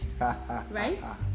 right